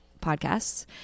podcasts